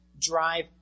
drive